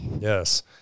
Yes